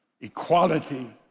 equality